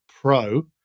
Pro